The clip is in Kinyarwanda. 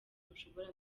ntushobora